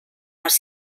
les